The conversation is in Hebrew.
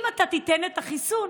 למניעה במקום הגנה.